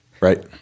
Right